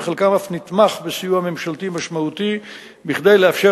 וחלקם אף נתמך בסיוע ממשלתי משמעותי כדי לאפשר